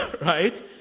right